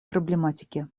проблематики